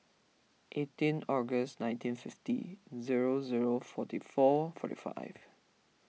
eighteen August nineteen fifty zero zero forty four forty five